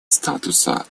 статута